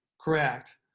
correct